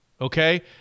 Okay